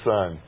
Son